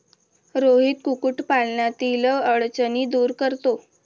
रोहित कुक्कुटपालनातील अडचणी दूर करतो